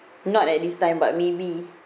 not at this time but maybe